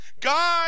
God